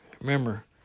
Remember